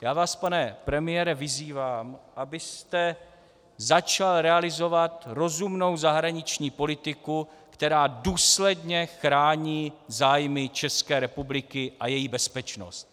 Já vás, pane premiére, vyzývám, abyste začal realizovat rozumnou zahraniční politiku, která důsledně chrání zájmy České republiky a její bezpečnost.